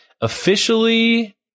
officially